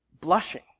blushing